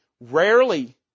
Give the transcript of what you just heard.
Rarely